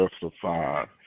justified